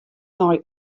nei